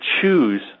choose